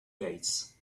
gates